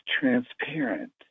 transparent